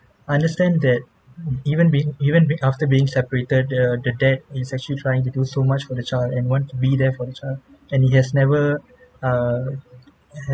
I understand that even being even being after being separated the the dad he's actually trying to do so much for the child and want to be there for the child and he has never err